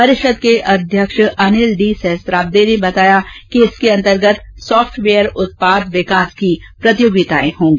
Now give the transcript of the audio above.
परिषद के अध्यक्ष अनिल डी सहस्त्राब्दे ने बताया कि इसके अंतर्गत सॉफ्टवेयर उत्पाद विकास की प्रतियोगिताएं होंगी